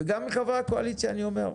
וגם לחברי הקואליציה אני אומר,